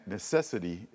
necessity